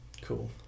Cool